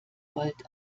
volt